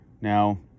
Now